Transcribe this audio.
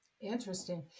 Interesting